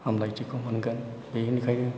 हामलायथिखौ मोनगोन बेनिखायनो